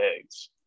eggs